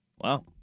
Wow